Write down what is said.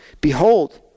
Behold